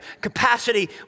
capacity